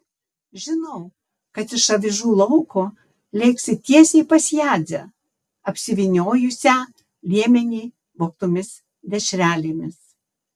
žinau kad iš avižų lauko lėksi tiesiai pas jadzę apsivyniojusią liemenį vogtomis dešrelėmis